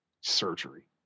surgery